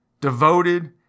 devoted